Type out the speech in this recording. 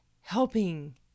helping